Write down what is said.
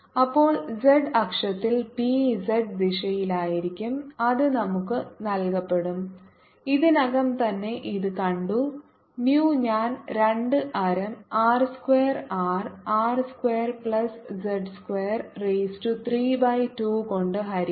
അപ്പോൾ z അക്ഷത്തിൽ B z ദിശയിലായിരിക്കും അത് നമുക്ക് നൽകപ്പെടും ഇതിനകം തന്നെ ഇത് കണ്ടു mu ഞാൻ 2 ആരം R square R R square plus z സ്ക്വയർ റൈസ് ടു 3 ബൈ 2 കൊണ്ട് ഹരിക്കുന്നു